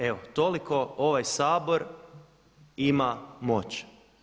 Evo toliko ovaj Sabor ima moć.